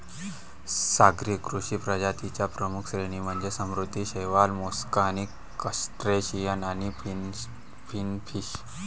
सागरी कृषी प्रजातीं च्या प्रमुख श्रेणी म्हणजे समुद्री शैवाल, मोलस्क, क्रस्टेशियन आणि फिनफिश